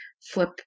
flip